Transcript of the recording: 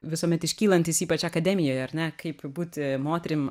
visuomet iškylantys ypač akademijoj ar ne kaip būti moterim